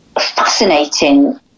fascinating